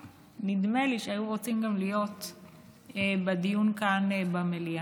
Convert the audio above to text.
ונדמה לי שגם שהיו רוצים להיות גם בדיון כאן במליאה.